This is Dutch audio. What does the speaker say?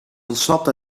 ontsnapt